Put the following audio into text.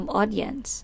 audience